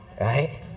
right